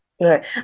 Right